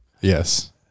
yes